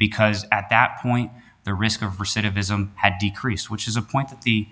because at that point the risk of recidivism had decreased which is a point that the